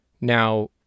Now